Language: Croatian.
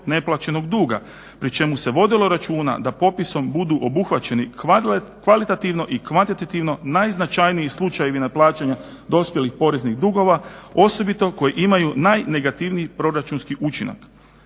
neplaćenog duga pri čemu se vodilo računa da popisom budu obuhvaćeni kvalitativno i kvantitativno najznačajniji slučajevi neplaćanja dospjelih poreznih dugova, osobito koji imaju najnegativniji proračunski učinak.